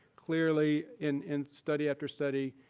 clearly in in study after study,